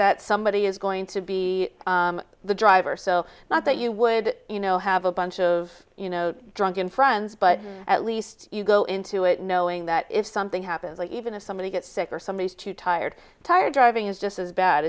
that somebody is going to be the driver so not that you would you know have a bunch of you know drunken friends but at least you go into it knowing that if something happens like even if somebody gets sick or somebody is too tired tired driving is just as bad